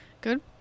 good